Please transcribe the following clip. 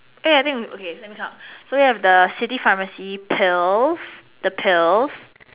eh I think okay let me count so we have the city pharmacy pills the pills